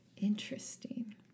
Interesting